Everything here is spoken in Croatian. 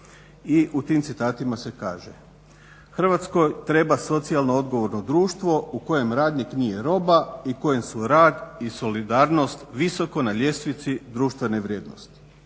i u tim citatima se kaže: "Hrvatskoj treba socijalno odgovorno društvo u kojem radnik nije roba i kojem su rad i solidarnost visoko na ljestvici društvene vrijednosti".